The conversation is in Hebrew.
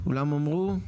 כולם אמרו?